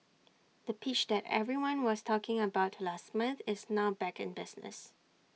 the pitch that everyone was talking about last month is now back in business